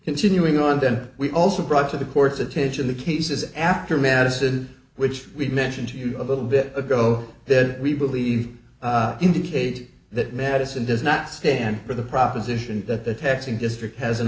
continuing on then we also brought to the court's attention the cases after madison which we mentioned to you a little bit ago that we believe indicate that madison does not stand for the proposition that the taxing district has an